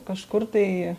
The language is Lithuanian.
kažkur tai